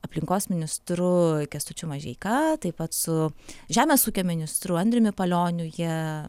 aplinkos ministru kęstučiu mažeika taip pat su žemės ūkio ministru andriumi palioniu jie